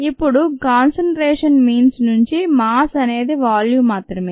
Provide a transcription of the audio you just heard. ఇప్పుడు concentration means నుంచి mass అనేది వాల్యూమ్ మాత్రమే